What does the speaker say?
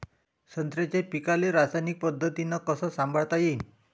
संत्र्याच्या पीकाले रासायनिक पद्धतीनं कस संभाळता येईन?